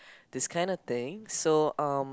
this kind of thing so um